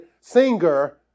singer